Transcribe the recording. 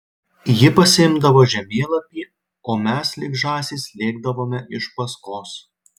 ji pasiimdavo žemėlapį o mes lyg žąsys lėkdavome iš paskos